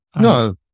no